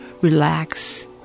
relax